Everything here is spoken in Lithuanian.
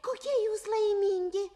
kokie jūs laimingi